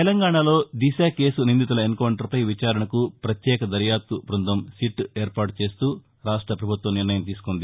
తెలంగాణలో దిశ కేసు నిందితుల ఎన్కౌంటర్పై విచారణకు ప్రత్యేక దర్యాప్తు బ్బందం సిట్ ఏర్పాటు చేస్తూ రాష్ట ప్రభుత్వం నిర్ణయం తీసుకుంది